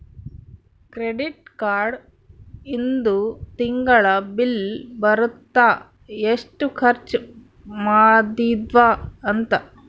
credit card ಇಂದು ತಿಂಗಳ bill ಬರುತ್ತ ಎಸ್ಟ ಖರ್ಚ ಮದಿದ್ವಿ ಅಂತ